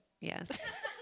Yes